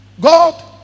God